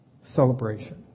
celebration